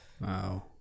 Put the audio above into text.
Wow